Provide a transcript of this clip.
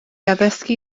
addysgu